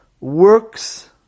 works